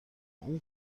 اون